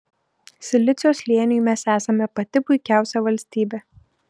silicio slėniui mes esame pati puikiausia valstybė